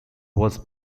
was